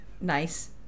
Nice